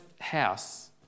house